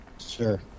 Sure